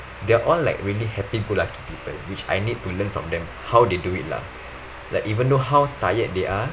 they're all like really happy go lucky people which I need to learn from them how they do it lah like even though how tired they are